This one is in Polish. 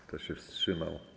Kto się wstrzymał?